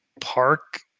park